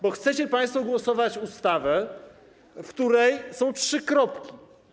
Bo chcecie państwo głosować nad ustawą, w której są trzy kropki.